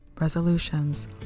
resolutions